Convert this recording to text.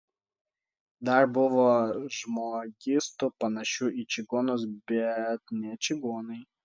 dar buvo žmogystų panašių į čigonus bet ne čigonai